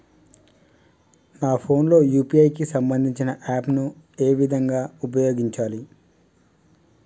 నా ఫోన్ లో యూ.పీ.ఐ కి సంబందించిన యాప్ ను ఏ విధంగా ఉపయోగించాలి?